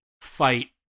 fight